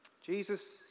Jesus